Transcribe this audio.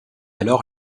alors